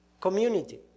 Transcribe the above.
community